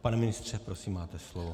Pane ministře, prosím, máte slovo.